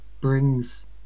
brings